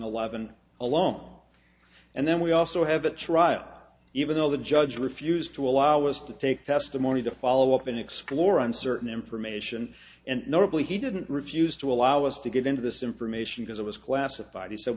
eleven alone and then we also have a trial even though the judge refused to allow us to take testimony to follow up and explore on certain information and notably he didn't refuse to allow us to get into this information because it was classified he said